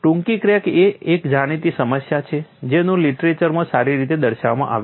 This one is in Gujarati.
ટૂંકી ક્રેક એ એક જાણીતી સમસ્યા છે જેનું લીટરેચરમાં સારી રીતે દર્શાવવામાં આવ્યું છે